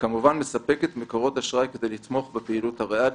וגם מספקת מקורות אשראי כדי לתמוך בפעילות הריאלית,